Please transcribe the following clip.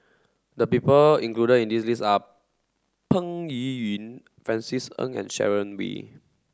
the people included in the list are Peng Yuyun Francis Ng and Sharon Wee